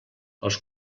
els